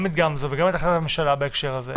גם את גמזו וגם את החלטת הממשלה בהקשר הזה.